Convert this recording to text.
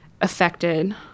affected